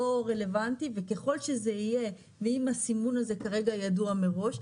רלבנטי וככל שזה יהיה אם הסימון הזה כרגע ידוע מראש,